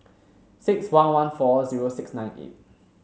six one one four zero six nine eight